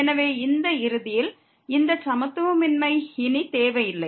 எனவே இந்த இறுதியில் இந்த சமத்துவமின்மை இனி தேவையில்லை